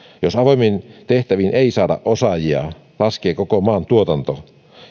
jos avoimiin tehtäviin ei saada osaajia laskee koko maan tuotanto